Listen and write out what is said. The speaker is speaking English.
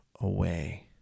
away